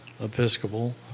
Episcopal